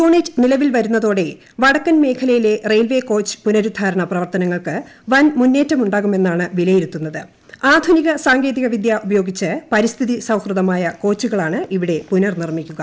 unit നിലവിൽ വരുന്നതോടെ വടക്കൻ മേഖലയിലെ റെയിൽവേ കോച്ച് പുനരുദ്ധാരണ പ്രവർത്തനങ്ങൾക്ക് വൻമുന്നേറ്റമുണ്ടാകുമെന്നാണ് വിലയിരുത്തുന്നത് ആധുനിക സാങ്കേതിക വിദ്യ ഉപയോഗിച്ച് പരിസ്ഥിതി സൌഹൃദമായ കോച്ചുകളാണ് ഇവിടെ പുനർനിർമ്മിക്കുക